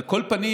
על כל פנים,